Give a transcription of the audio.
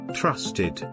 trusted